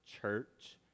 church